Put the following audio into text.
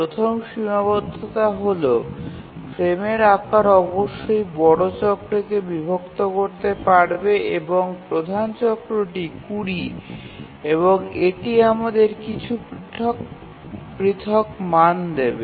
প্রথম সীমাবদ্ধতা হল ফ্রেমের আকার অবশ্যই বড় চক্রকে বিভক্ত করতে পারবে এবং প্রধান চক্রটি ২০ এবং এটি আমাদের কিছু পৃথক মান দেবে